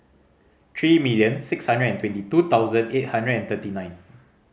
three million six hundred and twenty two thousand eight hundred and thirty nine